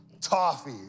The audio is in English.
toffee